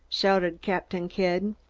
shouted captain kidd.